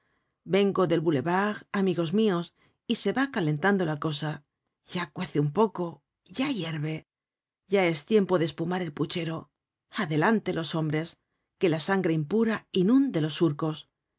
vengo del boúlevard amigos mios y se va calentando la cosa ya cuece un poco ya hier ve ya es tiempo de espumar el puchero adelante los hombres que la sangre impura inunde los surcos